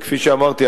כפי שאמרתי,